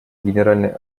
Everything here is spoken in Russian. генеральной